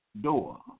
door